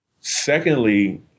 Secondly